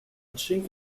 chink